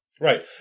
Right